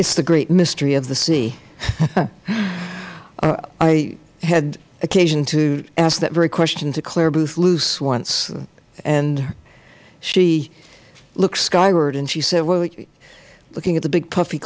is the great mystery of the sea i had occasion to ask that very question to clare boothe luce once and she looked skyward and she said well looking at the big puffy